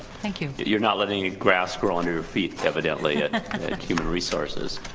thank you. you're not letting grass grow under your feet evidently at human resources,